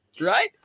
Right